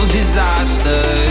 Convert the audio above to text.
disaster